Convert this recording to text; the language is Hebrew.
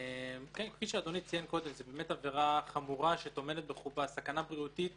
כפי שאדוני ציין קודם זו עבירה חמורה שטומנת בחובה סכנה בריאותית